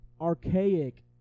archaic